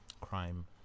crime